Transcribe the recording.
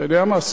אתה יודע מה?